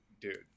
dude